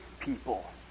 people